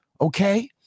okay